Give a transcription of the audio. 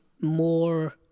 more